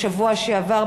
בשבוע שעבר,